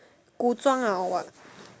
古装 ah or what